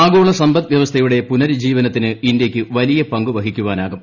ആഗോള സമ്പദ്വ്യവസ്ഥയുടെ പുനരുജ്ജീവനത്തിന് ഇന്തൃക്ക് വലിയ പങ്കു വഹിക്കാനാകും